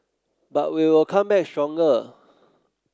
but we will come back stronger